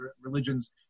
religions